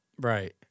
Right